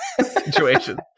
Situation